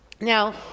Now